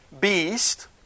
beast